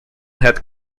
had